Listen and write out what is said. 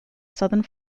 southern